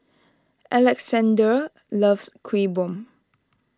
Alexandr loves Kuih Bom